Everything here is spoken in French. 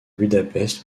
budapest